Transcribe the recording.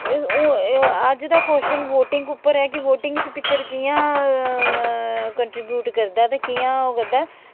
अज्ज दा question voting उप्पर ऐ की कियां हून कंट्रीब्यूट करदा होर कियां ओह् करदा